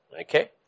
Okay